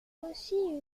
aussi